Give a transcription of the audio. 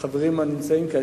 לחברים הנמצאים כאן,